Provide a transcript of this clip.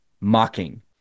mocking